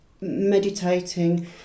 meditating